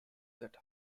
that